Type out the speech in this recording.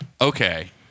Okay